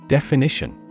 Definition